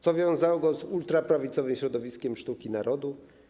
Co wiązało go z ultraprawicowym środowiskiem ˝Sztuki i Narodu?